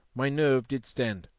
my nerve did stand.